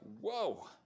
whoa